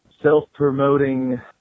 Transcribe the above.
self-promoting